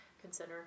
consider